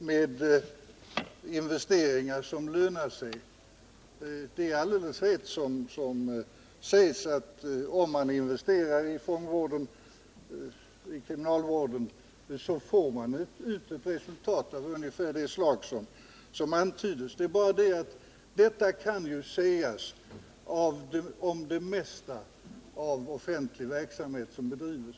Herr talman! Beträffande argumentet om investeringar som lönar sig: Det är alldeles rätt som sägs, att om man investerar i kriminalvården så får man ut ett resultat av ungefär det slag som antyds. Det är bara det att detta kan sägas om det mesta av offentlig verksamhet.